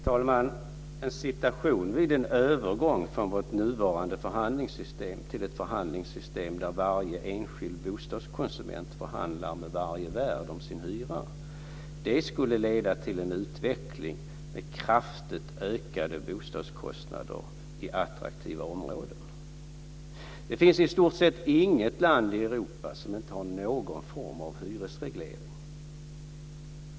Fru talman! En övergång från vårt nuvarande förhandlingssystem till ett förhandlingssystem där varje enskild bostadskonsument förhandlar med varje värd om sin hyra skulle leda till en utveckling med kraftigt ökade bostadskostnader i attraktiva områden. Det finns i stort sett inget land i Europa som inte har någon form av hyresreglering.